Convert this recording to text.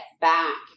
back